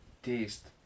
taste